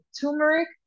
turmeric